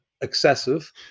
excessive